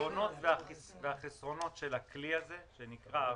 היתרונות והחסרונות של הכלי הזה שנקרא ארנונה,